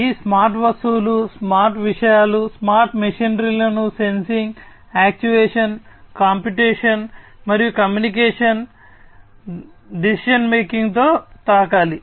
ఈ స్మార్ట్ వస్తువులు స్మార్ట్ విషయాలు స్మార్ట్ మెషినరీలను sensing actuation computation communication decision making తో తాకాలి